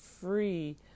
free